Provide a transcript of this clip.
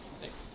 Thanks